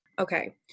Okay